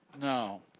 No